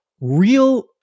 real